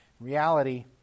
reality